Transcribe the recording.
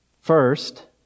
First